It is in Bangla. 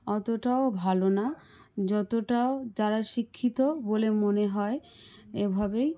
অতটাও ভালো না যতটাও তারা শিক্ষিত বলে মনে হয় এভাবেই